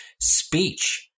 speech